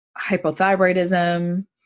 hypothyroidism